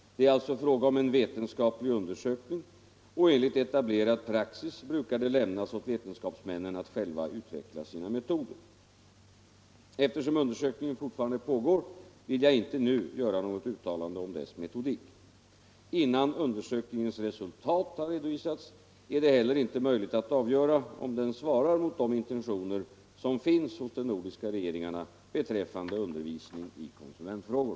Det är alltså fråga om en vetenskaplig undersökning, och enligt etablerad praxis brukar det lämnas åt vetenskapsmännen att själva utveckla sina metoder. Eftersom undersökningen fortfarande pågår vill jag inte nu göra något uttalande om dess metodik. Innan undersökningens resultat har redovisats, är det heller inte möjligt att avgöra om den svarar mot de intentioner som finns hos de nordiska regeringarna beträffande undervisning i konsumentfrågor.